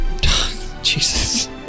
Jesus